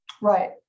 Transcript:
Right